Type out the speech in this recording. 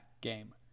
game